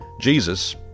Jesus